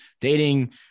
dating